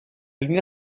linea